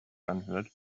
anhört